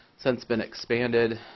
since been expanded